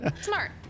Smart